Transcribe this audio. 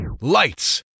Lights